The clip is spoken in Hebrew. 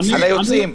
היוצאים.